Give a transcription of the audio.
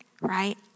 right